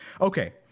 Okay